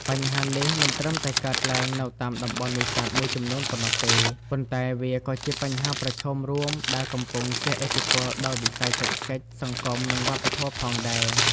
បញ្ហានេះមិនត្រឹមតែកើតឡើងនៅតាមតំបន់នេសាទមួយចំនួនប៉ុណ្ណោះទេ ប៉ុន្តែវាក៏ជាបញ្ហាប្រឈមរួមដែលកំពុងជះឥទ្ធិពលដល់វិស័យសេដ្ឋកិច្ច សង្គម និងវប្បធម៌ផងដែរ។